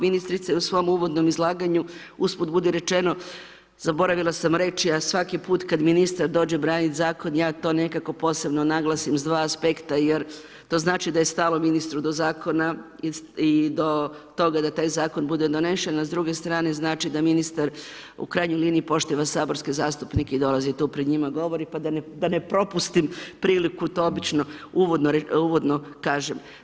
Ministrica je u svom uvodnom izlaganju, usput budi rečeno, zaboravila sam reći, a svaki put kad ministar dođe braniti Zakon, ja to nekako posebno naglasim s dva aspekta jer to znači da je stalo ministru do Zakona i do toga da taj Zakon bude donesen, a s druge strane znači da ministar u krajnjoj liniji poštiva saborske zastupnike i dolazi tu pred njima govori, pa da ne propustim priliku, to obično uvodno kažem.